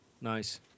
Nice